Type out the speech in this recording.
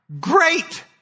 Great